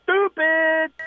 stupid